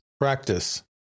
Practice